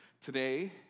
today